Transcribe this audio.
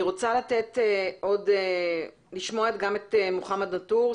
אני רוצה לשמוע גם את מוחמד נאטור,